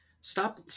Stop